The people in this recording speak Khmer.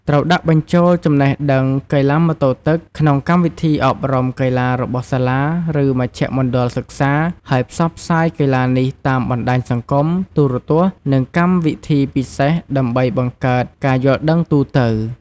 ត្រូវដាក់បញ្ចូលចំណេះដឹងកីឡាម៉ូតូទឹកក្នុងកម្មវិធីអប់រំកីឡារបស់សាលា ឬមជ្ឈមណ្ឌលសិក្សា ហើយផ្សព្វផ្សាយកីឡានេះតាមបណ្តាញសង្គម ទូរទស្សន៍ និងកម្មវិធីពិសេស ដើម្បីបង្កើតការយល់ដឹងទូទៅ។